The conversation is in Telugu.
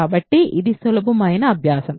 కాబట్టి ఇది సులభమైన అభ్యాసము